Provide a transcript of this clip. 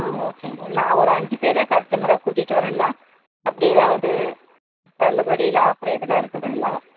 ஆ ஓகேங்க நான் ஒரு அஞ்சு பேரை கஸ்டமராக கூட்டிட்டு வரேன்னா அப்படி ஏதாவது தள்ளுபடி இல்லை ஆஃபர் எதனால் இருக்குதுங்களா